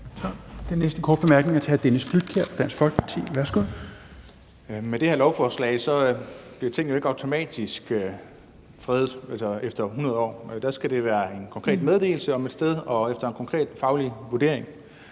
Dansk Folkeparti. Værsgo. Kl. 10:59 Dennis Flydtkjær (DF): Med det her lovforslag bliver tingene jo ikke automatisk fredet efter 100 år. Der skal det være efter en konkret meddelelse om et sted og efter en konkret faglig vurdering.